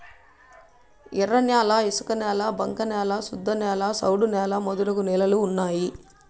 ఎర్రన్యాల ఇసుకనేల బంక న్యాల శుద్ధనేల సౌడు నేల మొదలగు నేలలు ఉన్నాయి